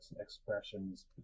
expressions